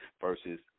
versus